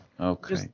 Okay